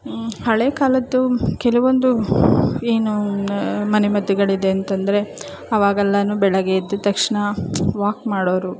ಹಳೇ ಕಾಲದ್ದು ಕೆಲವೊಂದು ಏನು ಮನೆಮದ್ದುಗಳಿದೆ ಅಂತಂದರೆ ಅವಾಗೆಲ್ಲಾ ಬೆಳಗ್ಗೆ ಎದ್ದ ತಕ್ಷಣ ವಾಕ್ ಮಾಡೋರು